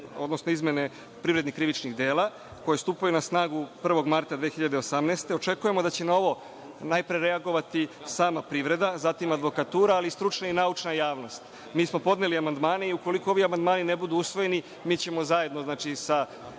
odnosno izmene privrednih krivičnih dela, koje stupaju na snagu 1. marta 2018. godine, očekujemo da će na ovo najpre reagovati sama privreda, zatim advokatura, ali i stručna i naučna javnost. Mi smo podneli amandmane i ukoliko ovi amandmani ne budu usvojeni, mi ćemo zajedno sa